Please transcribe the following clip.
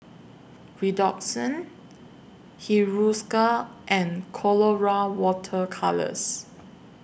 Redoxon Hiruscar and Colora Water Colours